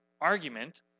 argument